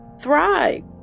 thrive